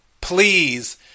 please